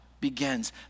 begins